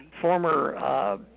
former